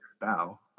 bow